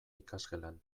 ikasgelan